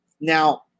Now